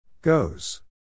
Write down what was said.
Goes